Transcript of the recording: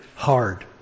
hard